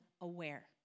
aware